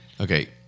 Okay